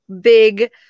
big